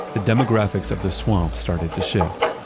the demographics of the swamp started to shift.